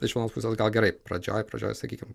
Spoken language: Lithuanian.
iš vienos pusės gal gerai pradžioj pradžioj sakykim